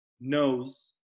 knows